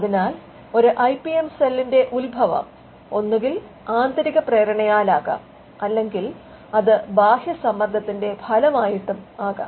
അതിനാൽ ഒരു I P M സെല്ലിന്റെ ഉത്ഭവം ഒന്നുകിൽ ആന്തരികപ്രേരണയാലാകാം അല്ലെങ്കിൽ അത് ബാഹ്യസമ്മർദത്തിന്റെ ഫലമായിട്ടുമാകാം